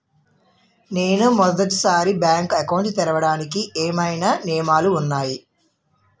నేను మొదటి సారి బ్యాంక్ అకౌంట్ తెరవడానికి ఏమైనా నియమాలు వున్నాయా?